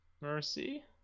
Mercy